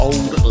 Old